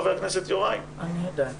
חבר הכנסת יוראי הרצנו?